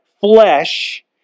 flesh